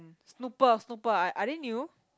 snooper snooper are they new